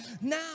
Now